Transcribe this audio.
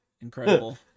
Incredible